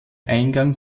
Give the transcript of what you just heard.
eingang